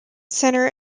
center